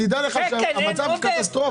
תדע לך שהמצב שם קטסטרופה.